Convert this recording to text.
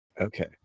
Okay